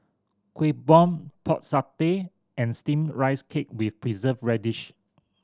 Kueh Bom Pork Satay and Steamed Rice Cake with Preserved Radish